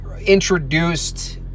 introduced